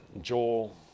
Joel